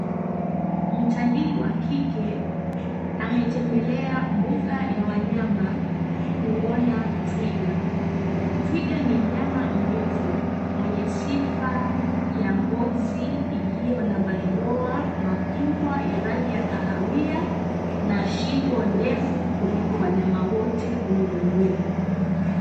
Mtalii wa kike ametembelea mbuga ya wanyama kuona twiga. Twiga ni mnyama mrefu, mwenye sifa ya ngozi iliyo na madoa makubwa ya rangi ya kahawia na shingo ndefu kuliko wanyama wote ulimwenguni.